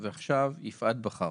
יפעת בחר.